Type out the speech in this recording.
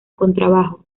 contrabajo